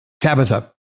Tabitha